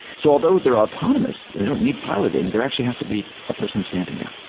so although they're autonomous, they don't need piloting. there actually has to be a person standing there.